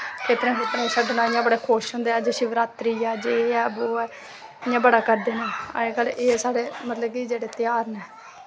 खेत्तरै खुत्तरै च छड्डना इ'यां बड़े खुश होंदे अज शिवरात्री ऐ जे ऐ बो ऐ इ'यां बड़ा करदे नै अज कल्ल एह् साढ़े मतलव की जेह्ड़े ध्याह्र नै